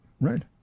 right